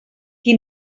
qui